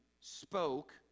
spoke